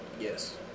Yes